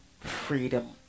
freedom